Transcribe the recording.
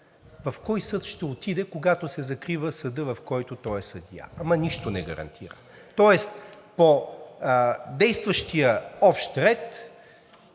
в кой съд ще отиде, когато се закрива съдът, в който той е съдия. Ама нищо не гарантира. Тоест по действащия общ ред